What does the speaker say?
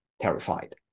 terrified